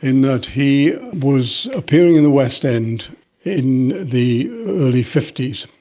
in that he was appearing in the west end in the early zero